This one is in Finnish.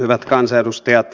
hyvät kansanedustajat